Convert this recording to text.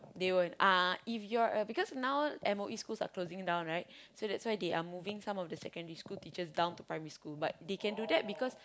they won't uh if you're a because now M_O_E schools are closing down right so that's why they are moving secondary school teachers to down primary school but they can do that because